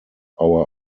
our